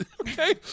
Okay